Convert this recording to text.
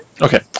Okay